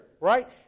right